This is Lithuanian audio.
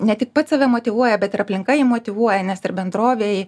ne tik pats save motyvuoja bet ir aplinka jį motyvuoja nes ir bendrovėj